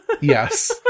Yes